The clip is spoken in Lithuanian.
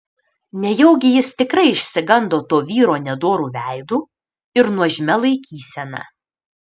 nejaugi jis tikrai išsigando to vyro nedoru veidu ir nuožmia laikysena